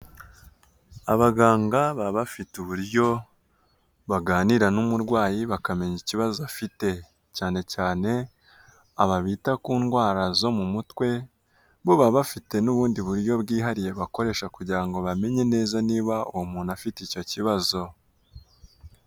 Abaganga baba bafite uburyo baganira n'umurwayi, bakamenya ikibazo afite. Cyane cyane aba bita ku ndwara zo mu mutwe, bo baba bafite n'ubundi buryo bwihariye bakoresha, kugira ngo bamenye neza niba uwo muntu afite icyo kibazo.